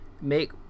make